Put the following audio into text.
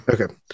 Okay